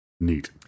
Neat